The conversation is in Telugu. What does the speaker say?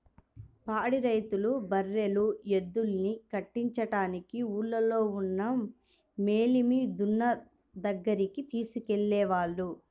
పాడి రైతులు బర్రెలు, ఎద్దుల్ని కట్టించడానికి ఊల్లోనే ఉన్న మేలిమి దున్న దగ్గరికి తీసుకెళ్ళేవాళ్ళు